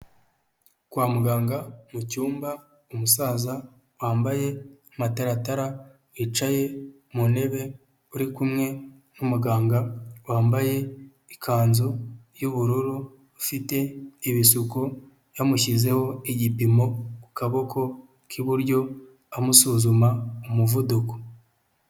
Kwa muganga mu cyumba, umusaza wambaye amataratara, wicaye mu ntebe uri kumwe n'umuganga wambaye ikanzu y'ubururu, ufite ibisuko, yamushyizeho igipimo ku kaboko k'iburyo, amusuzuma umuvuduko.